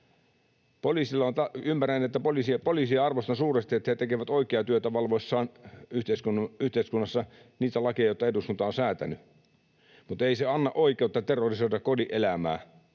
Poliisia arvostan suuresti, kun he tekevät oikeaa työtä valvoessaan yhteiskunnassa niitä lakeja, joita eduskunta on säätänyt, mutta ei se anna oikeutta terrorisoida kodin elämää